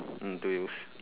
mm two wheels